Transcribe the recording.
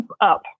up